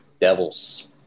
Devils